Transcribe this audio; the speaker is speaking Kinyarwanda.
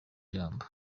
jambo